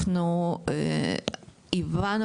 אנחנו הבנו,